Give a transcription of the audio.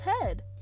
head